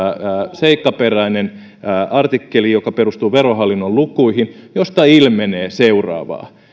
seikkaperäinen artikkeli joka perustuu verohallinnon lukuihin ja josta ilmenee seuraavaa